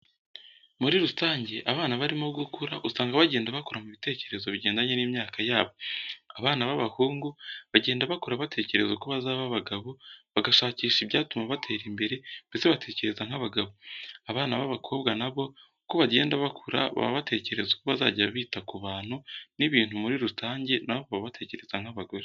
Muri rusange abana barimo gukura usanga bagenda bakura mu bitekerezo bigendanye n'imyaka yabo. Abana b'abahungu bagenda bakura batekereza uko bazaba abagabo bagashakisha ibyatuma batera imbere mbese batekereza nk'abagabo. Abana b'abakobwa na bo uko bagenda bakura baba batekereza uko bazajya bita ku bantu n'ibintu muri rusange na bo baba batekereza nk'abagore.